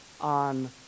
on